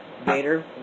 Vader